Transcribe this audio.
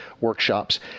workshops